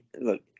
Look